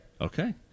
Okay